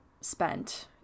spent